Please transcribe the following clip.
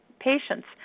patients